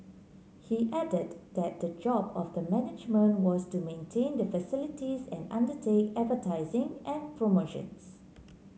he added that that the job of the management was to maintain the facilities and undertake advertising and promotions